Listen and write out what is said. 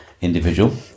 individual